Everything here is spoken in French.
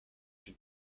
une